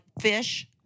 fish